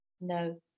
no